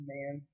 Man